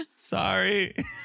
Sorry